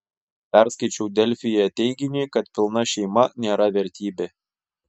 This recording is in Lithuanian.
perskaičiau delfyje teiginį kad pilna šeima nėra vertybė